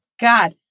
God